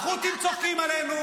כל המדינה,